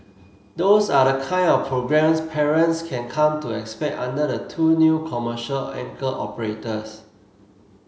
those are the kind of programmes parents can come to expect under the two new commercial anchor operators